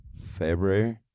february